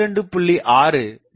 6 dB ஆகும்